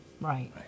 right